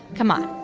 come on.